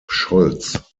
scholz